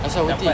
asal worth it